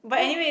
yeah